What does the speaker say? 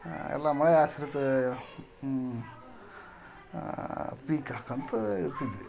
ಎಲ್ಲ ಮಳೆ ಆಶ್ರಿತ ಪೀಕ್ ಹಾಕೊಂತ ಇರ್ತಿದ್ವಿ